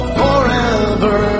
forever